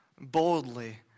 boldly